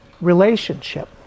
relationship